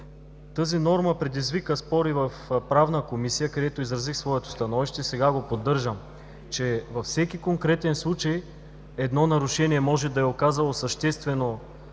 Тази норма предизвика спор и в Правна комисия, където изразих своето становище. Сега го поддържам, че във всеки конкретен случай едно нарушение може да е оказало съществено